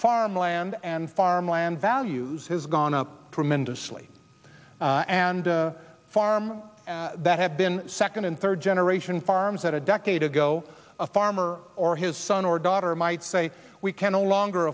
farmland and farm land values has gone up tremendously and the farm that had been second and third generation farms that a decade ago a farmer or his son or daughter might say we can no longer